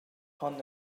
hon